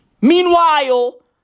Meanwhile